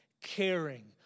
caring